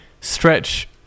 Stretch